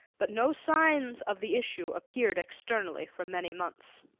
but no signs of the issue appeared externally for many months.